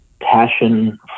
passion